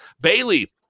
Bailey